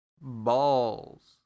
balls